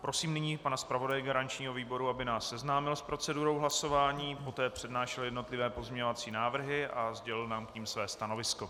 Prosím nyní pana zpravodaje garančního výboru, aby nás seznámil s procedurou hlasování, poté přednášel jednotlivé pozměňovací návrhy a sdělil nám k tomu své stanovisko.